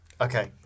Okay